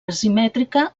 asimètrica